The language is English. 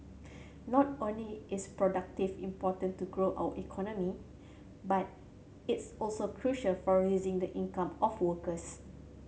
not only is productive important to grow our economy but it's also crucial for raising the income of workers